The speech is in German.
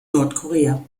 nordkorea